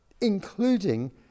including